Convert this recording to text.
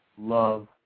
Love